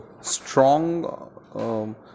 strong